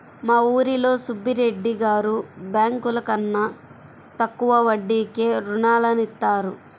మా ఊరిలో సుబ్బిరెడ్డి గారు బ్యేంకుల కన్నా తక్కువ వడ్డీకే రుణాలనిత్తారు